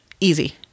Easy